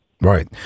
Right